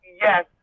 Yes